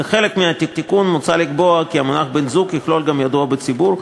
כחלק מהתיקון מוצע לקבוע כי המונח "בן-זוג" יכלול גם ידוע בציבור,